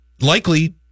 likely